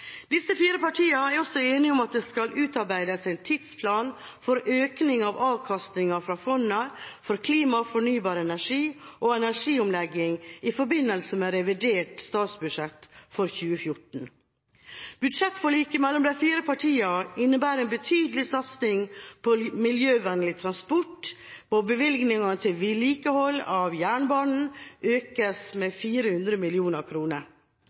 Disse fire partiene er også enige om at det skal utarbeides en tidsplan for økningen i avkastningen fra fondet for klima, fornybar energi og energiomlegging i forbindelse med revidert statsbudsjett for 2014. Budsjettforliket mellom de fire partiene innebærer en betydelig satsing på miljøvennlig transport. Bevilgningene til vedlikehold av jernbanen økes med 400 mill. kr. Det settes av 100